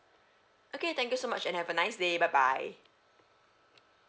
okay thank you so much and have a nice day bye bye